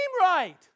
right